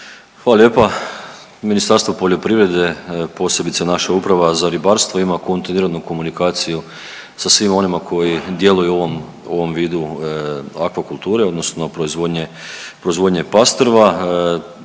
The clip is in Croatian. Hvala lijepa. Ministarstvo poljoprivrede, posebice naša uprava za ribarstvo ima kontinuiranu komunikaciju sa svima onima koji djeluju u ovom, u ovom vidu akvakulture odnosno proizvodnje,